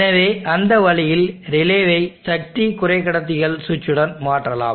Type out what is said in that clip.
எனவே அந்த வழியில் ரிலேவை சக்தி குறைக்கடத்திகள் சுவிட்சுடன் மாற்றலாம்